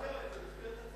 במסגרת הצעה אחרת.